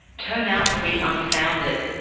turn out to be unfounded,